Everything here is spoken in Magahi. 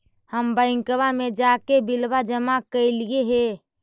हम बैंकवा मे जाके बिलवा जमा कैलिऐ हे?